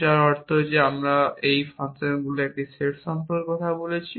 যার অর্থ আমরা যে ফাংশনগুলির একটি সেট সম্পর্কে কথা বলছি